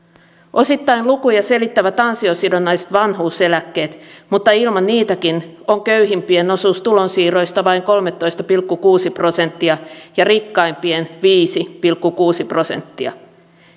osittain lukuja selittävät ansiosidonnaiset vanhuuseläkkeet mutta ilman niitäkin on köyhimpien osuus tulonsiirroista vain kolmetoista pilkku kuusi prosenttia ja rikkaimpien viisi pilkku kuusi prosenttia